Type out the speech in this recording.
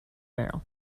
merrill